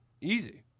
Easy